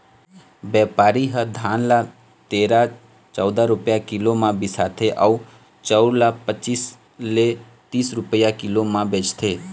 बेपारी ह धान ल तेरा, चउदा रूपिया किलो म बिसाथे अउ चउर ल पचीस ले तीस रूपिया किलो म बेचथे